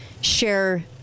share